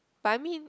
but I mean